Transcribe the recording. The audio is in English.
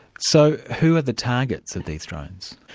so who are the targets of these drones?